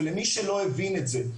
ולמי שלא הבין את זה,